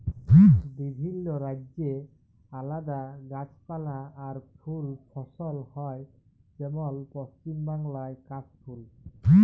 বিভিল্য রাজ্যে আলাদা গাছপালা আর ফুল ফসল হ্যয় যেমল পশ্চিম বাংলায় কাশ ফুল